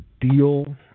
deal